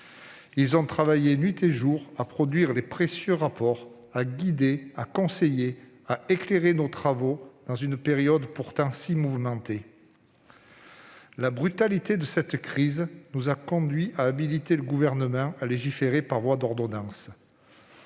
ont travaillé nuit et jour pour produire leurs précieux rapports, pour guider, conseiller et éclairer nos travaux, dans une période pourtant bien mouvementée. La brutalité de cette crise nous a conduits, je le disais, à habiliter le Gouvernement à légiférer par voie d'ordonnances.